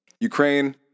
ukraine